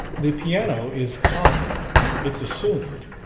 the piano is common it's assumed.